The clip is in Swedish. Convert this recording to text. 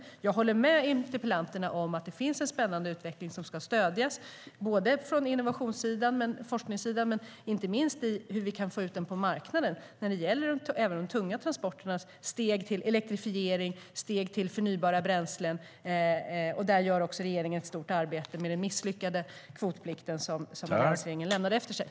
Jag håller med interpellanterna om att det finns en spännande utveckling som ska stödjas från innovations och forskningssidan men inte minst när det gäller hur vi kan få ut detta på marknaden när det gäller även de tunga transporternas steg till elektrifiering och till förnybara bränslen. Där gör regeringen också ett stort arbete med den misslyckade kvotplikten som alliansregeringen lämnade efter sig.